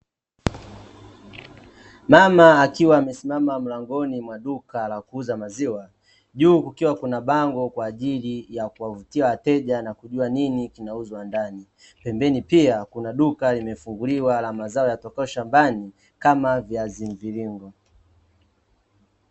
Mama akiwa amesimama mlangoni mwa duka la kuuza maziwa, juu kukiwa kuna bango kwaajili ya kuwavutia wateja, na kujua nini kinauzwa ndani. Pembeni pia, kuna duka limefunguliwa la mazao yatokayo shambani, kama viazi mviringo.